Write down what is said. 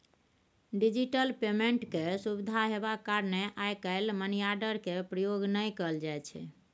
digital payment केर सुविधा हेबाक कारणेँ आइ काल्हि मनीआर्डर केर प्रयोग नहि कयल जाइ छै